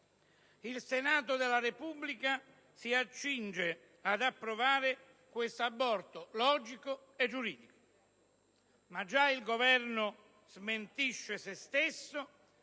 Il Senato della Repubblica si accinge ad approvare questo aborto logico e giuridico, ma già il Governo smentisce se stesso